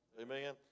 Amen